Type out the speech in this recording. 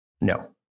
no